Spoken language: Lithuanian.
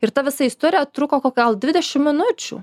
ir ta visa istorija truko kokia gal dvidešim minučių